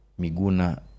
Miguna